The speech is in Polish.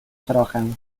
trochę